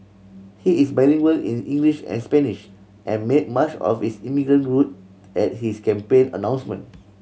he is bilingual in English and Spanish and made much of his immigrant root at his campaign announcement